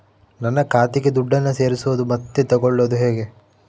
ನನ್ನ ಖಾತೆಗೆ ದುಡ್ಡನ್ನು ಸೇರಿಸೋದು ಮತ್ತೆ ತಗೊಳ್ಳೋದು ಹೇಗೆ?